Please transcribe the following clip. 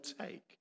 take